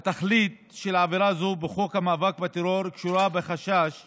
התכלית של עבירה זו בחוק המאבק בטרור קשורה בחשש